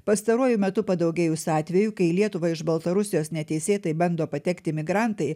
pastaruoju metu padaugėjus atvejų kai į lietuvą iš baltarusijos neteisėtai bando patekti migrantai